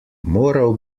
moral